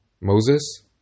Moses